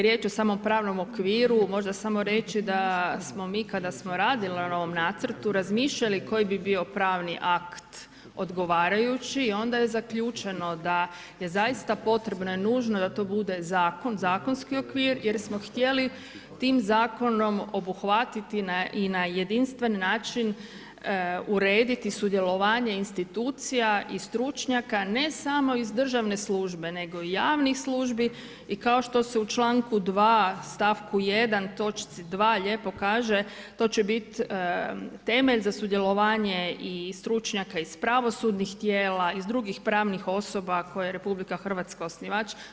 Kad je riječ o samo pravnom okviru, možda samo reći da smo mi kada smo radili na ovom nacrtu, razmišljali koji bi bio pravni akt odgovarajući i onda je zaključeno da je zaista potrebno nužno da to bude zakonski okvir jer smo htjeli tim zakonom obuhvatiti i na jedinstven način urediti sudjelovanje institucija i stručnjaka, ne samo iz državne službe, nego i javnih službi i kao što se u članku 2. stavku 1., točci 2. lijepo kaže, to će biti temelj za sudjelovanje i stručnjaka iz pravosudnih tijela iz drugih pravnih osoba koje je RH osnivač.